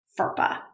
FERPA